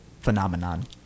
phenomenon